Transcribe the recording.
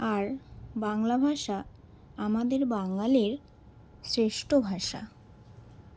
আর বাংলা ভাষা আমাদের বাঙালির শ্রেষ্ঠ ভাষা